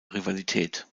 rivalität